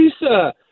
Lisa